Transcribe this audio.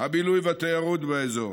הבילוי והתיירות באזור.